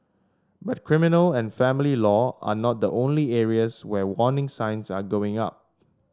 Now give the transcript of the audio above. but criminal and family law are not the only areas where warning signs are going up